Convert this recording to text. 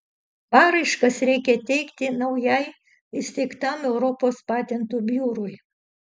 paraiškas reikia teikti naujai įsteigtam europos patentų biurui